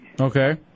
Okay